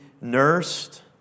nursed